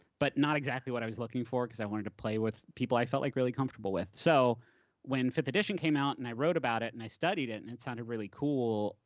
but not exactly what i was looking for cause i wanted to play with people i felt like really really comfortable with. so when fifth edition came out, and i wrote about it, and i studied it, and it sounded really cool,